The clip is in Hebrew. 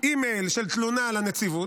אימייל של תלונה לנציבות,